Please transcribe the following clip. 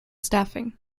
staffing